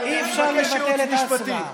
אי-אפשר לבטל את ההצבעה.